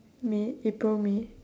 may april may